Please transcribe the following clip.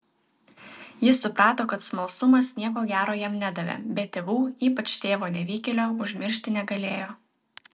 jis suprato kad smalsumas nieko gero jam nedavė bet tėvų ypač tėvo nevykėlio užmiršti negalėjo